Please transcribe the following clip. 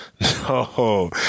No